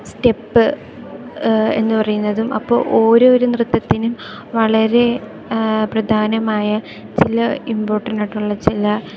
step എന്നു പറയുന്നതും അപ്പോ ഓരോര് നൃത്തത്തിനും വളരെ പ്രധാനമായ ചില ഇമ്പോർട്ടൻറ്റായിട്ടുള്ള ചില